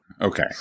Okay